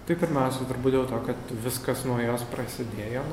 tai kad man svarbu dėl to kad viskas nuo jos prasidėjo